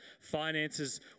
finances